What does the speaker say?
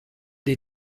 dei